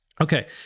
okay